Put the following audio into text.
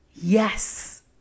Yes